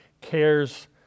cares